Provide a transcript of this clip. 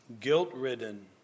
guilt-ridden